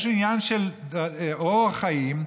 יש עניין של אורח חיים.